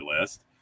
list